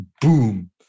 boom